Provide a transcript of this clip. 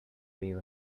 wave